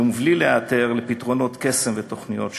ובלי להיעתר לתוכניות קסם ותוכניות שווא.